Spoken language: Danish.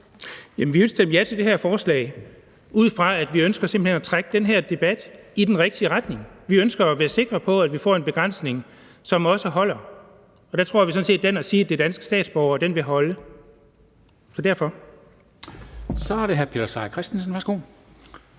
vil stemme ja til det her forslag ud fra, at vi simpelt hen ønsker at trække den her debat i den rigtige retning. Vi ønsker at være sikre på, at vi får en begrænsning, som også holder, og der tror vi sådan set, at det med at sige, at det er danske statsborgere, vil holde. Så det er derfor. Kl. 10:44 Formanden